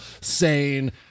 sane